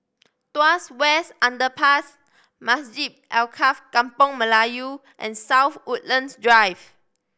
Tuas West Underpass Masjid Alkaff Kampung Melayu and South Woodlands Drive